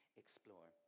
explore